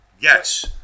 yes